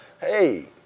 Hey